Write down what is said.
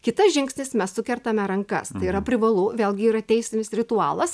kitas žingsnis mes sukertame rankas tai yra privalu vėlgi yra teisinis ritualas